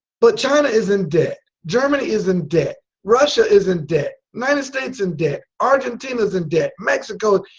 but china is in debt. germany is in debt. russia is in debt. united states in debt. argentina is in debt mexico,